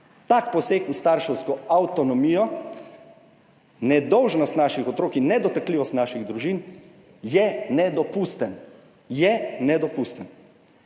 Tak poseg v starševsko avtonomijo, nedolžnost naših otrok in nedotakljivost naših družin je nedopusten.